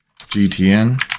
GTN